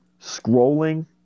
scrolling